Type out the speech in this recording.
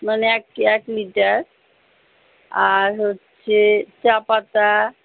মানে এক এক লিটার আর হচ্ছে চা পাতা